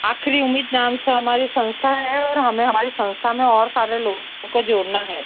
आखिरी उम्मीद नाम से हमारी संस्था है और हमें हमारी संस्था में और सारे लोगों को जोड़ना है